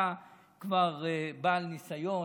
אתה כבר בעל ניסיון,